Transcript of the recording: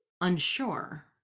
unsure